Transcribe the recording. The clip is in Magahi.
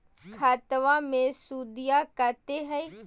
खतबा मे सुदीया कते हय?